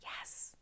yes